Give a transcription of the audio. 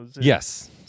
Yes